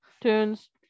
tunes